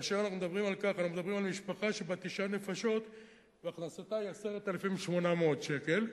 שאנחנו מדברים על משפחה שבה תשע נפשות והכנסתה היא 10,800 שקל,